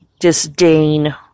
disdain